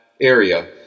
area